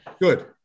Good